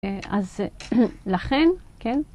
אז לכן, כן?